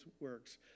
works